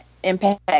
impact